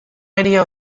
idea